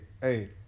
hey